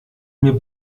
mir